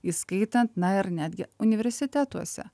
įskaitant na ir netgi universitetuose